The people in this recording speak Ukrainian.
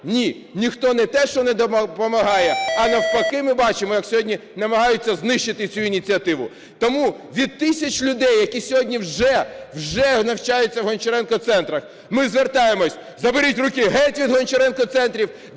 Ні. Ніхто не те що не допомагає, а навпаки ми бачимо, як сьогодні намагаються знищити цю ініціативу. Тому від тисяч людей, які сьогодні вже, вже навчаються в "Гончаренко центрах", ми звертаємося: заберіть руки, геть від "Гончаренко центрів"!